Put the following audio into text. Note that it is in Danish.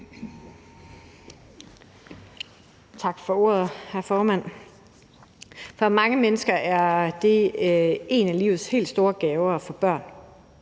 Tak for ordet, formand. For mange mennesker er det en af livets helt store gaver at få børn.